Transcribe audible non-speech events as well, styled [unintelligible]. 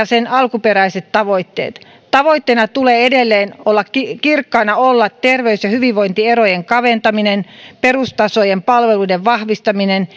[unintelligible] sen alkuperäiset tavoitteet tavoitteena tulee edelleen kirkkaana olla terveys ja hyvinvointierojen kaventaminen perustason palveluiden vahvistaminen [unintelligible]